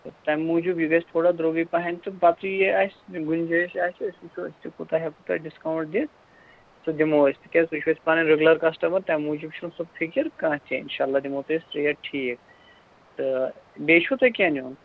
تہٕ تَمہِ موٗجوٗب یہِ گژھِ تھوڑا درٛۅگٕے پَہَن تہٕ پَتہٕ یہِ اَسہِ گُنجایِش آسہِ تہٕ أسۍ وُچھو أسۍ تہِ کوٗتاہ ہیٚکو تۄہہِ ڈِسکاوُنٛٹ دِتھ سُہ دِمہو أسۍ تِکیٛازِ تُہۍ چھُو اَسہِ پَنٕنۍ رگیٛوٗلَر کَسٹٕمَر تَمہِ موٗجوٗب چھُنہٕ سُہ فِکِر کانٛہہ تہِ اِنشاء اللہ دِمہو تۄہہِ أسۍ ریٹ ٹھیٖک تہٕ بیٚیہِ چھُو تۄہہِ کیٚنٛہہ نِیُن